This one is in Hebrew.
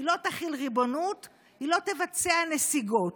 היא לא תחיל ריבונות, היא לא תבצע נסיגות.